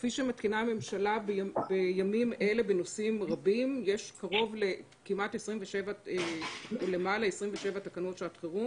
כפי שמתקינה הממשלה בימים אלה בנושאים רבים יש 27 תקנות לשעת חירום